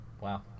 Wow